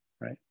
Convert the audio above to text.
right